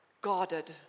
guarded